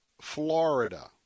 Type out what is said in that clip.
Florida